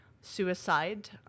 suicide